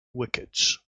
wickets